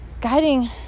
guiding